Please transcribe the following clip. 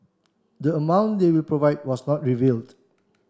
the amount they will provide was not revealed